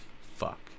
fuck